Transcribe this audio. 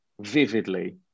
vividly